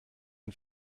ein